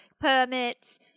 permits